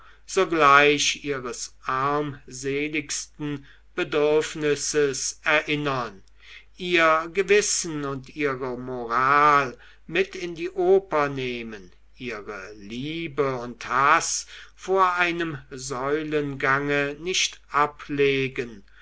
sogleich ihres armseligsten bedürfnisses erinnern ihr gewissen und ihre moral mit in die oper nehmen ihre liebe und haß vor einem säulengange nicht ablegen